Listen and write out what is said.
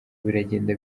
biragenda